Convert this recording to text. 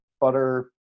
butter